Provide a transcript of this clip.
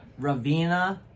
ravina